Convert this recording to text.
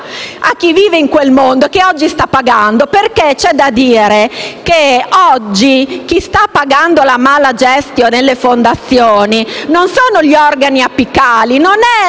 a chi vive in quel mondo, che oggi sta pagando. Infatti, c'è da dire che chi oggi sta pagando la *mala gestio* nelle fondazioni non sono gli organi apicali, non è